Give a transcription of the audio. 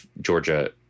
Georgia